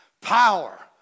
power